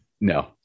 no